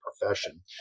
profession